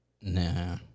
Nah